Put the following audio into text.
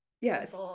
yes